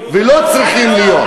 ולא היו צריכים להיות.